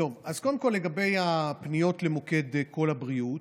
אז קודם כול לגבי הפניות למוקד קול הבריאות,